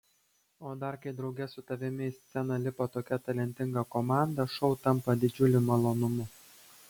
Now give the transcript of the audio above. o dar kai drauge su tavimi į sceną lipa tokia talentinga komanda šou tampa didžiuliu malonumu